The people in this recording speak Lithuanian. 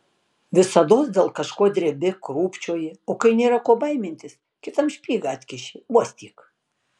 visados dėl kažko drebi krūpčioji o kai nėra ko baimintis kitam špygą atkiši uostyk